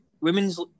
women's